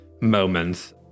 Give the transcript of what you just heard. moments